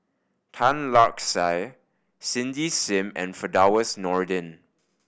Tan Lark Sye Cindy Sim and Firdaus Nordin